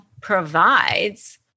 provides